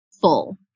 Full